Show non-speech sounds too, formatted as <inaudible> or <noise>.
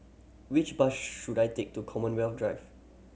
which bus <unintelligible> should I take to Commonwealth Drive